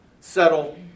Settle